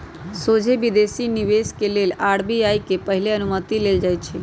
सोझे विदेशी निवेश के लेल आर.बी.आई से पहिले अनुमति लेल जाइ छइ